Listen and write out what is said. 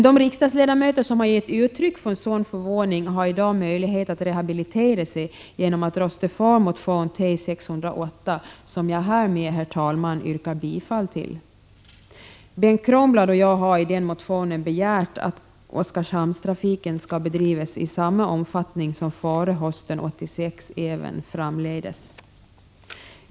De riksdagsledamöter som gett uttryck för sådan förvåning har i dag möjlighet att återupprätta sig genom att rösta för motion N608 som jag härmed, herr talman, yrkar bifall till. Bengt Kronblad och jag har i den motionen begärt att Oskarshamnstrafiken även framdeles skall bedrivas i samma omfattning som före hösten 1986.